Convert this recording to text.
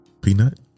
Peanut